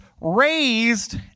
raised